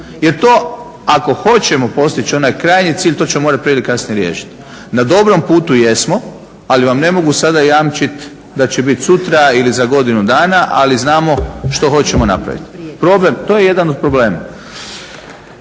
Jer to ako hoćemo postići onaj krajnji cilj to ćemo morat prije ili kasnije riješit. Na dobrom putu jesmo, ali vam ne mogu sada jamčit da će bit sutra ili za godinu dana, ali znamo što hoćemo napravit. To je jedan od problema.